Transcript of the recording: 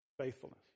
Faithfulness